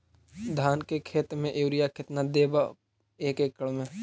धान के खेत में युरिया केतना देबै एक एकड़ में?